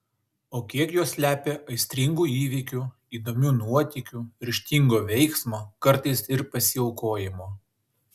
o kiek jos slepia aistringų įvykių įdomių nuotykių ryžtingo veiksmo kartais ir pasiaukojimo